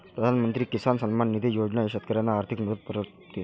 प्रधानमंत्री किसान सन्मान निधी योजना शेतकऱ्यांना आर्थिक मदत पुरवते